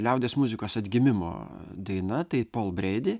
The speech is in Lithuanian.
liaudies muzikos atgimimo daina tai pol breidi